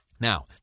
Now